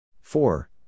four